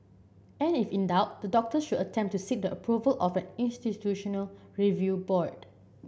and if in doubt the doctor should attempt to seek the approval of an institutional review board